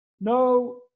No